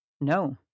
No